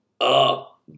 up